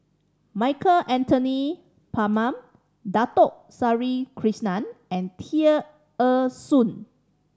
Michael Anthony Palmer Dato Sri Krishna and Tear Ee Soon